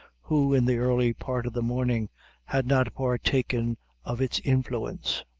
who in the early part of the morning had not partaken of its influence.